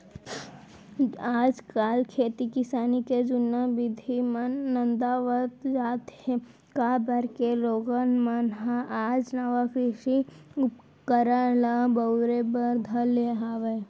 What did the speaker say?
आज काल खेती किसानी के जुन्ना बिधि मन नंदावत जात हें, काबर के लोगन मन ह आज नवा कृषि उपकरन मन ल बउरे बर धर ले हवय